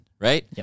right